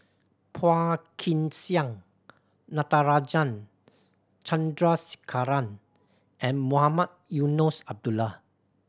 Phua Kin Siang Natarajan Chandrasekaran and Mohamed Eunos Abdullah